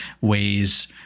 Way's